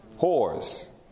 whores